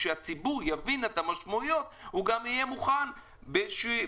כשהציבור יבין את המשמעויות הוא גם יהיה מוכן באיזשהו